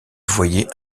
voyaient